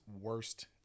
worst